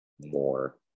more